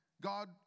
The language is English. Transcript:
God